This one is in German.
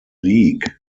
league